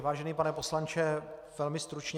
Vážený pane poslanče, velmi stručně.